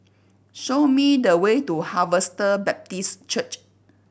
show me the way to Harvester Baptist Church